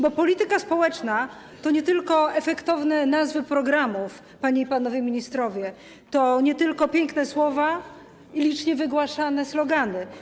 Bo polityka społeczna to nie tylko efektowne nazwy programów, panie i panowie ministrowie, to nie tylko piękne słowa i licznie wygłaszane slogany.